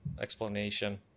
explanation